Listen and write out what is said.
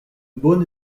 bonne